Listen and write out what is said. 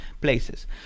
places